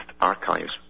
archives